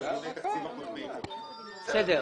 בסדר.